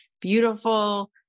beautiful